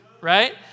Right